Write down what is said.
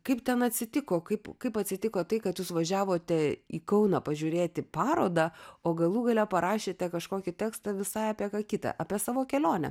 kaip ten atsitiko kaip kaip atsitiko tai kad jūs važiavote į kauną pažiūrėti parodą o galų gale parašėte kažkokį tekstą visai apie ką kita apie savo kelionę